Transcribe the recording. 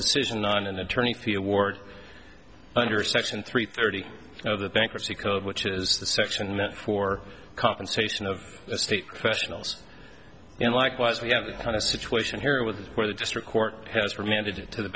decision on an attorney feel ward under section three thirty of the bankruptcy code which is the section that for compensation of state professionals and likewise we have this kind of situation here with where the district court has remanded it to the